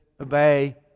obey